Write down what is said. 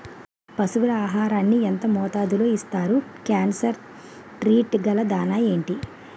పశువుల ఆహారాన్ని యెంత మోతాదులో ఇస్తారు? కాన్సన్ ట్రీట్ గల దాణ ఏంటి?